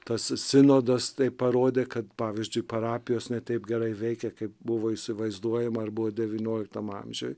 tas sinodas tai parodė kad pavyzdžiui parapijos ne taip gerai veikia kaip buvo įsivaizduojama ar buvo devynioliktam amžiuj